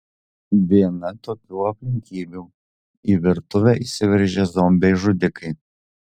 viena tokių aplinkybių į virtuvę įsiveržę zombiai žudikai